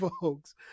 folks